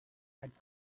had